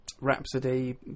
Rhapsody